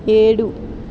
ఏడు